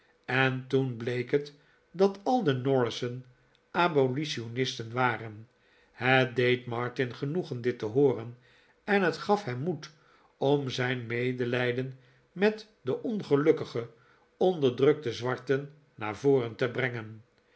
en toen bleek het dat al de norrissen abolitionisten waren het deed martin genoegen dit te hooren en het gaf hem moed om zijn medelijden met de ongelukkige onderdrukte zwarten naar voren te brengen